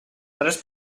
tres